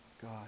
God